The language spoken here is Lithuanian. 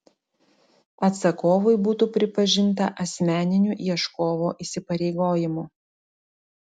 atsakovui būtų pripažinta asmeniniu ieškovo įsipareigojimu